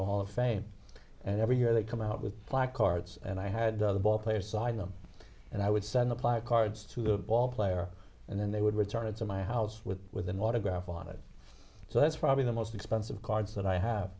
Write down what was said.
the hall of fame and every year they come out with black cards and i had the ballplayers sign them and i would send the plaque cards to a ball player and then they would return it to my house with with an autograph on it so that's probably the most expensive cards that i have